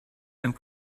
and